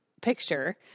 picture